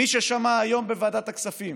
מי ששמע היום בוועדת הכספים